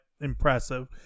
impressive